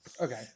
Okay